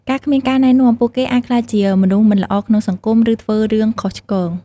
បើគ្មានការណែនាំ ពួកគេអាចក្លាយជាមនុស្សមិនល្អក្នុងសង្គម និងធ្វើរឿងខុសឆ្គង។